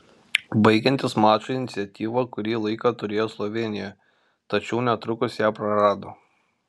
baigiantis mačui iniciatyvą kuri laiką turėjo slovėnija tačiau netrukus ją prarado